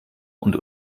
und